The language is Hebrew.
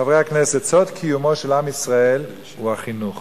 חברי הכנסת, סוד קיומו של עם ישראל הוא החינוך.